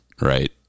right